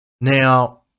now